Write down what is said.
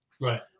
Right